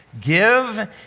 Give